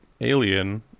alien